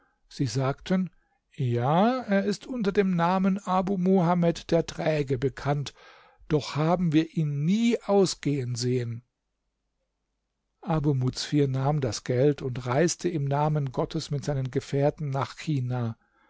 sie sagten ja er ist unter dem namen abu muhamed der träge bekannt doch haben wir ihn nie ausgehen sehen abu muzfir nahm das geld und reiste im namen gottes mit seinen geführten nach china